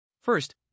First